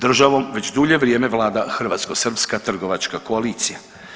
Državom već dulje vrijeme vlada hrvatsko-srpska trgovačka koalicija.